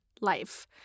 life